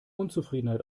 unzufriedenheit